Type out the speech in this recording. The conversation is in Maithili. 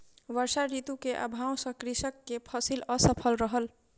वर्षा ऋतू के अभाव सॅ कृषक के फसिल असफल रहल